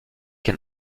can